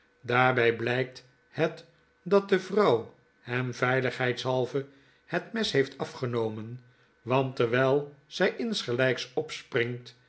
daarby blpt het dat de vrouw hem veiligheidshalve het mes heeft afgenomen want terwijl zpnsgelps opspringt